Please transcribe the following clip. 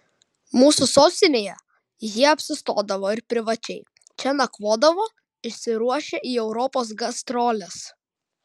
mūsų sostinėje jie apsistodavo ir privačiai čia nakvodavo išsiruošę į europos gastroles